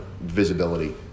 visibility